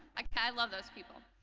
like i love those people.